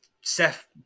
Seth